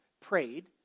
prayed